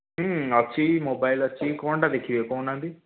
ଅଛି ମୋବାଇଲ୍ ଅଛି କ'ଣଟା ଦେଖିବେ କହୁନାହାନ୍ତି